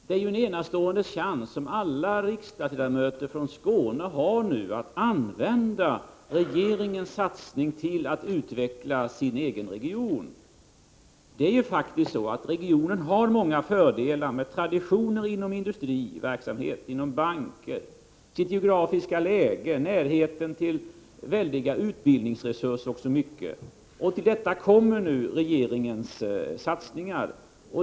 Det är ju en enastående chans som alla riksdagsledamöter från Skåne har nu att använda regeringens satsning till att utveckla sin egen region. Regionen har ju faktiskt många fördelar: traditioner inom industriverksamhet och inom bankverksamhet, sitt geografiska läge, närheten till väldiga utbildningsresurser m.m. Till detta kommer nu regeringens satsningar.